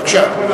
הוא התכוון שלא